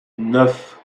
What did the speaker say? neuf